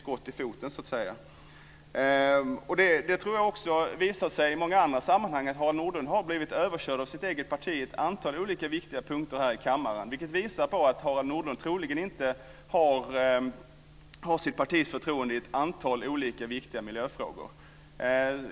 Det är så att säga ett skott i foten. Det här visar sig också i många andra sammanhang. Harald Nordlund har blivit överkörd av sitt eget parti på ett antal olika viktiga punkter här i kammaren. Det visar att Harald Nordlund troligen inte har sitt partis förtroende i ett antal viktiga miljöfrågor.